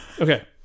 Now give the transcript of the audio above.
Okay